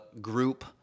group